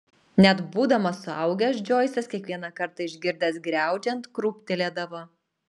net būdamas suaugęs džoisas kiekvieną kartą išgirdęs griaudžiant krūptelėdavo